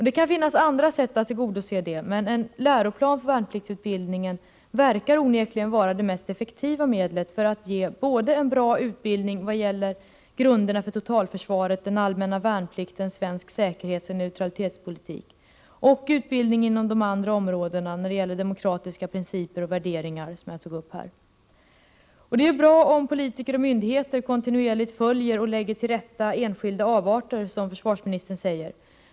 Det kan finnas andra sätt att tillgodose detta, men en läroplan för värnpliktsutbildningen verkar onekligen vara det mest effektiva medlet för att ge en bra utbildning både i vad gäller grunderna för totalförsvaret, den allmänna värnplikten samt svensk säkerhetsoch neutralitetspolitik och inom de andra områden — bl.a. demokratiska principer och värderingar — som jag här tog upp. Det är bra om politiker och myndigheter kontinuerligt följer och lägger till rätta ”enskilda avarter”, som försvarsministern säger.